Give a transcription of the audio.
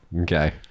Okay